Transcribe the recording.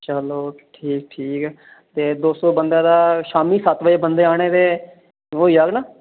चलो ठीक ठीक ते दो सौ बन्दे दा शामी सत्त बजे बन्दे आने ते होई जाह्ग ना